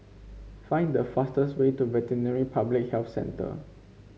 find the fastest way to Veterinary Public Health Centre